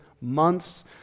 months